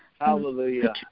Hallelujah